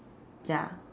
ya